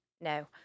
no